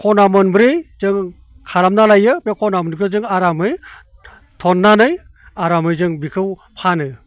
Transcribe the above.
खना मोनब्रै जों खालामना लायो बे खना मोनब्रैखौ जों आरामै थननानै आरामै जों बेखौ फानो